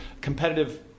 competitive